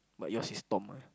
but yours is Tom ah